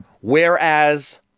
Whereas